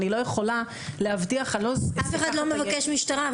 אני לא יכולה להבטיח --- אף אחד לא מבקש משטרה.